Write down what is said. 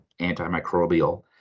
antimicrobial